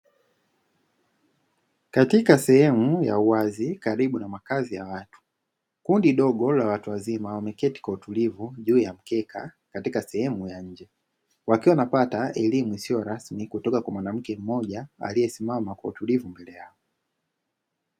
Katika sehemu ya wazi karibu na makazi ya watu, kundi dogo la watu wazima wameketi kwa utulivu juu ya mkeka katika sehemu ya nje. Wakiwa wanapata elimu isiyo rasmi kutoka kwa mwanamke mmoja aliyesimama mbele yao.